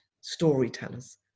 storytellers